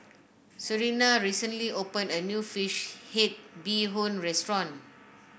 Serina recently opened a new fish head Bee Hoon restaurant